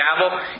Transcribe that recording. gavel